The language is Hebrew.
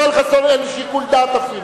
אין לי אפילו שיקול דעת.